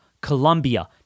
Colombia